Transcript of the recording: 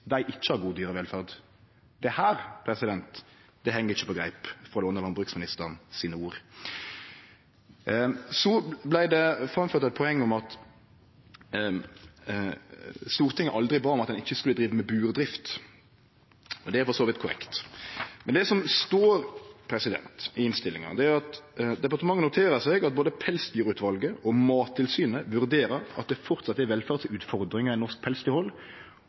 dei ikkje har god dyrevelferd? Dette heng ikkje på greip – for å låne landbruksministeren sine ord. Det vart framført eit poeng om at Stortinget aldri bad om at ein ikkje skulle drive med burdrift. Det er for så vidt korrekt, men det som står i innstillinga, er «Departementet noterer seg at både pelsdyrutvalget og Mattilsynet vurderer at det fremdeles er velferdsutfordringer i norsk